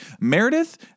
Meredith